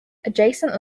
adjacent